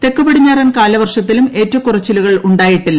തെക്ക് പടിഞ്ഞാറൻ കാലവർഷത്തിലും ഏറ്റക്കുറച്ചിലുകൾ ഉണ്ടായിട്ടില്ല